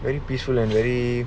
very peaceful and very